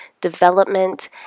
development